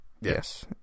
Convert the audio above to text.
Yes